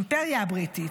האימפריה הבריטית,